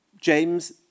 James